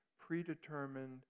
predetermined